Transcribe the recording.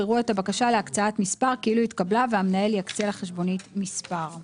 יראו את הבקשה להקצאת מספר כאילו התקבלה והמנהל יקצה לחשבונית מספר;